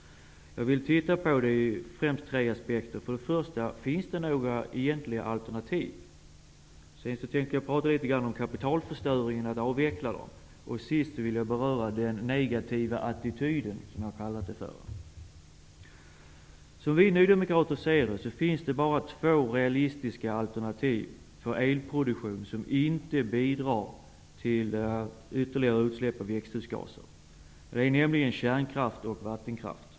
Jag tänker se på detta ur tre aspekter. Först och främst: Finns det några egentliga alternativ? Vidare tänker jag diskutera kapitalförstöringen vid avveckling. Sist tänker jag beröra den negativa attityden. Som vi nydemokrater ser det finns det bara två realistiska alternativ för elproduktion som inte bidrar till ytterligare utsläpp av växthusgaser, nämligen kärnkraft och vattenkraft.